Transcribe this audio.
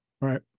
Right